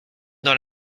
dans